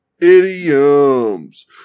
Idioms